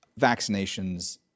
vaccinations